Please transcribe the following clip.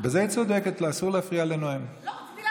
אסור להפריע לנואם.